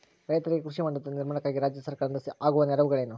ರೈತರಿಗೆ ಕೃಷಿ ಹೊಂಡದ ನಿರ್ಮಾಣಕ್ಕಾಗಿ ರಾಜ್ಯ ಸರ್ಕಾರದಿಂದ ಆಗುವ ನೆರವುಗಳೇನು?